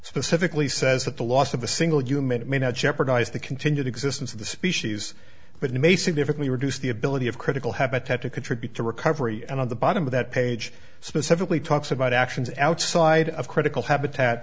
specifically says that the loss of a single human it may not jeopardize the continued existence of the species but it may significantly reduce the ability of critical habitat to contribute to recovery and at the bottom of that page specifically talks about actions outside of critical habitat